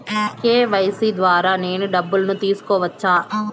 KYC ద్వారా నేను డబ్బును తీసుకోవచ్చా?